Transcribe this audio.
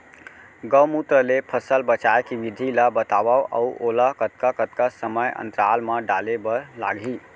गौमूत्र ले फसल बचाए के विधि ला बतावव अऊ ओला कतका कतका समय अंतराल मा डाले बर लागही?